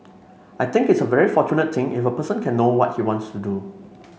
I think it's a very fortunate thing if a person can know what he wants to do